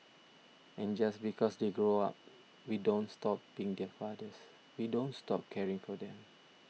and just because they grow up we don't stop being their fathers we don't stop caring for them